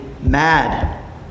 mad